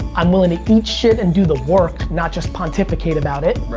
i'm willing to eat shit and do the work, not just pontificate about it.